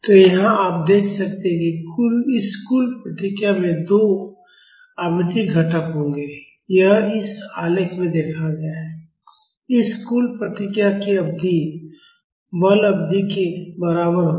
तो यहाँ आप देख सकते हैं कि इस कुल प्रतिक्रिया में दो आवृत्ति घटक होंगे यह इस आलेख में देखा गया है इस कुल प्रतिक्रिया की अवधि बल अवधि के बराबर होगी